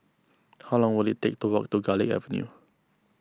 how long will it take to walk to Garlick Avenue